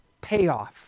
payoff